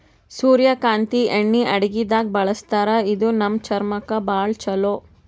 ಸೂರ್ಯಕಾಂತಿ ಎಣ್ಣಿ ಅಡಗಿದಾಗ್ ಬಳಸ್ತಾರ ಇದು ನಮ್ ಚರ್ಮಕ್ಕ್ ಭಾಳ್ ಛಲೋ